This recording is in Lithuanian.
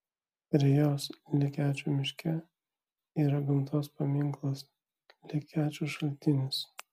prie jos lekėčių miške yra gamtos paminklas lekėčių šaltinis